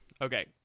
okay